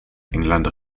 england